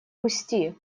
пусти